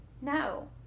No